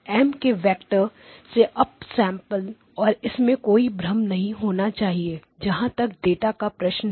M M के factor से up sampling और इसमें कोई भ्रम नहीं होना चाहिए जहां तक डाटा का प्रश्न है